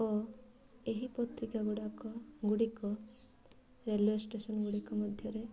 ଓ ଏହି ପତ୍ରିକାଗୁଡ଼ାକ ଗୁଡ଼ିକ ରେଲୱ ଷ୍ଟେସନ୍ ଗୁଡ଼ିକ ମଧ୍ୟରେ